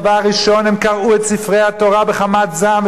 דבר ראשון הם קרעו את ספרי התורה בחמת זעם,